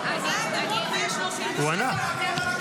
צריך לענות לשואלים.